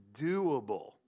doable